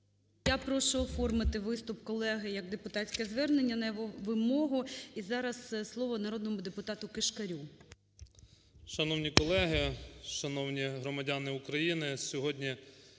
Я прошу оформити виступ колеги як депутатське звернення, на його вимогу. І зараз слово народному депутату Кишкарю. 13:07:54 КИШКАР П.М. Шановні колеги, шановні громадяни України! Сьогодні